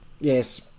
Yes